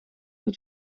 het